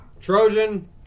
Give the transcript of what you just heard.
Trojan